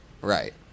Right